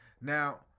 Now